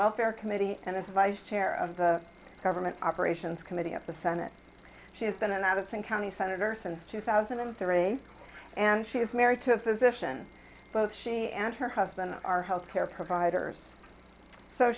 welfare committee and as vice chair of the government operations committee of the senate she has been an out of sync county senator since two thousand and three and she is married to a physician both she and her husband are health care providers so